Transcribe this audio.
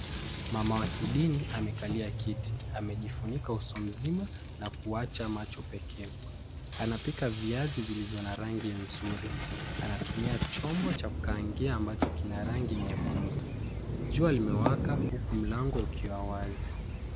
Mama wa kidini amekalia kiti. Amejifunika uso mzima na kuacha macho pekee. Anapika viazi vilivyo na rangi nzuri. Anatumia chombo cha kukaangia ambacho kina rangi nyekundu. Jua limewaka huku mlango ukiwa wazi.